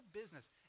business